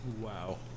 Wow